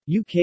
UK